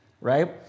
right